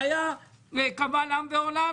זה היה קבל עם ועולם,